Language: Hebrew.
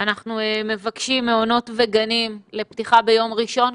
אנחנו מבקשים פתיחת מעונות וגנים ביום ראשון,